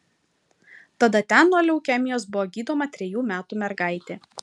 tada ten nuo leukemijos buvo gydoma trejų metų mergaitė